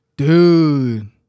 Dude